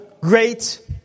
great